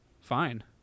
fine